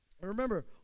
Remember